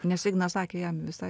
nes ignas sakė jam visai